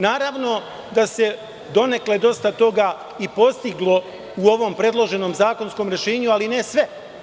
Naravno da se donekle dosta toga i postiglo u ovom predloženom zakonskom rešenju, ali ne sve.